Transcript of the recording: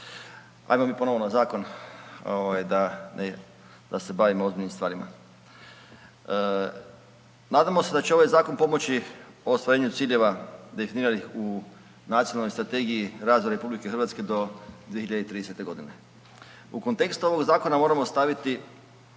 Ajmo mi ponovo na zakon, da ne, da se bavimo ozbiljnim stvarima. Nadamo se da će ovaj zakon pomoći u ostvarenju ciljeva definiranih u Nacionalnoj strategiji razvoja RH do 2030. godine. U kontekst ovog zakona moramo staviti